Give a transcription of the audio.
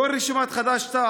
יושב-ראש רשימת חד"ש-תע"ל,